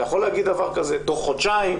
אתה יכול להגיד דבר כזה, תוך חודשיים,